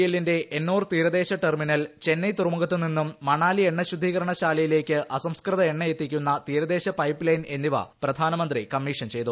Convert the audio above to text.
എല്ലിന്റെ എന്നോർ തീരദേശ ടെർമിനൽ തുറമുഖത്തുനിന്നും ചെന്നൈ മണാലി എണ്ണ ശുദ്ധീകരണശാലയിലേയ്ക്ക് അസംസ്കൃത എണ്ണ എത്തിക്കുന്ന തീരദേശ പൈപ്പ് ലൈൻ എന്നിവ പ്രധാനമന്ത്രി കമ്മീഷൻ ചെയ്തു